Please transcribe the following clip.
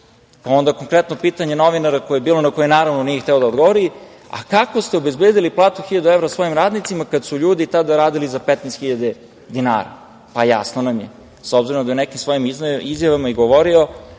vlasti. Onda, konkretno pitanje novinara koje je bilo, na koje, naravno, nije hteo da odgovori, a kako ste obezbedili platu od hiljadu evra svojim radnicima, kada su ljudi tada radili za 15 hiljada dinara. Jasno nam je, s obzirom da je u nekim svojim izjavama i govorio